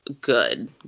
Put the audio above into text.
good